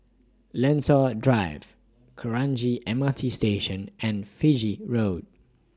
Lentor Drive Kranji M R T Station and Fiji Road